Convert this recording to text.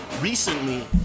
recently